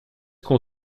qu’on